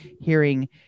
hearing